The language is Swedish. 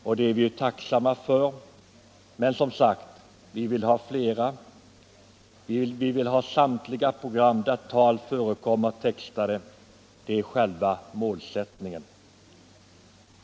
Det är vi tacksamma för, men vi vill som sagt ha flera. Vi vill ha samtliga program där tal förekommer textade. Det är målsättningen.